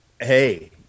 Hey